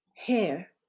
Hair